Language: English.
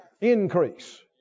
increase